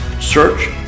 search